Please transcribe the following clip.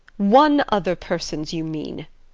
one other person's, you mean.